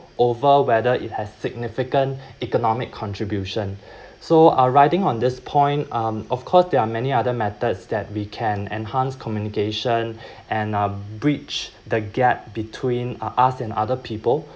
over whether it has significant economic contribution so uh riding on this point um of course there are many other methods that we can enhance communication and uh bridge the gap between us and other people